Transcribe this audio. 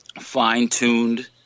fine-tuned